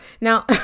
now